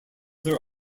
there